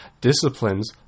disciplines